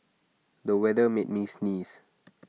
the weather made me sneeze